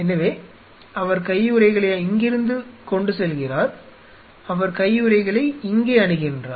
எனவே அவர் கையுறைகளை இங்கிருந்து கொண்டு செல்கிறார் அவர் கையுறைகளை இங்கே அணிகின்றார்